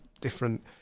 different